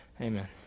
Amen